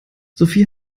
sophie